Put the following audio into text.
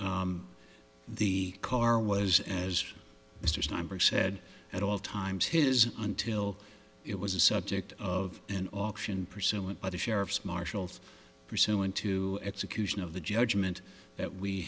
the car was as mr steinberg said at all times his until it was a subject of an auction pursuant by the sheriff's marshal's pursuant to execution of the judgment that we